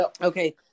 Okay